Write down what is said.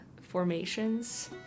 formations